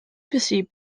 pursued